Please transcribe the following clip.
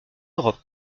europe